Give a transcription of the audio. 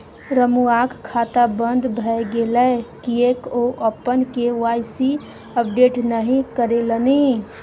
रमुआक खाता बन्द भए गेलै किएक ओ अपन के.वाई.सी अपडेट नहि करेलनि?